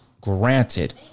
granted